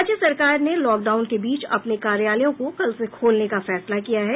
राज्य सरकार ने लॉकडाउन के बीच अपने कार्यालयों को कल से खोलने का फैसला किया है